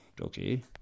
okay